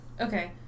Okay